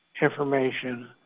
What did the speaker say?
information